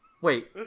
Wait